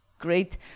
great